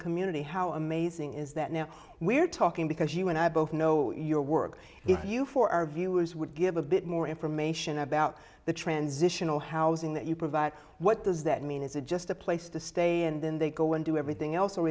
community how amazing is that now we're talking because you and i both know your work if you for our viewers would give a bit more information about the transitional housing that you provide what does that mean is it just a place to stay and then they go and do everything else